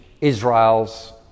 Israel's